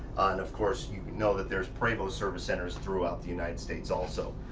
and of course you know that there's prevost service centers throughout the united states also.